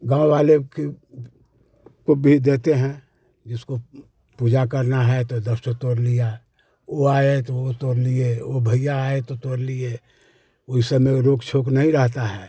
गाँव वाले को भी देते हैं जिसको पूजा करना है तो दस ठो तोड़ लिया वह आए तो वह तोड़ लिए वह भैया आए तो तोड़ लिए वह सब में रोक टोक नहीं रहती है